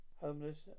homeless